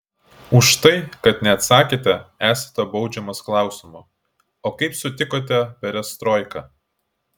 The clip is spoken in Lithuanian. už tai kad neatsakėte esate baudžiamas klausimu o kaip sutikote perestroiką